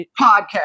podcast